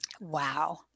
wow